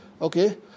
Okay